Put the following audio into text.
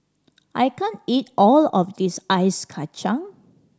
I can't eat all of this Ice Kachang